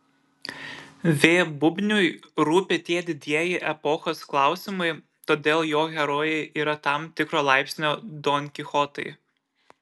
v bubniui rūpi tie didieji epochos klausimai todėl jo herojai yra tam tikro laipsnio donkichotai